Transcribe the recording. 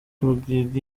rugege